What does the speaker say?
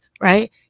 right